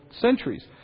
centuries